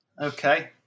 Okay